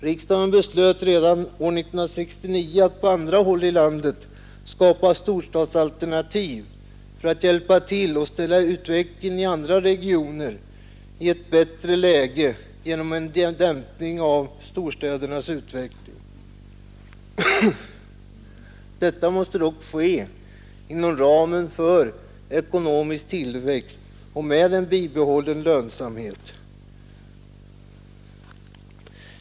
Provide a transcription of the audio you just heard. Riksdagen beslöt redan år 1969 att på andra håll i landet skapa storstadsalternativ för att hjälpa till och ställa utvecklingen i andra regioner i ett bättre läge genom en dämpning av storstädernas utveckling. Detta måste dock ske inom ramen för den ekonomiska tillväxten och med bibehållen lönsamhet.